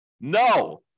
No